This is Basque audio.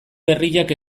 berriak